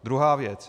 Druhá věc.